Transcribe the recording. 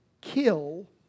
kill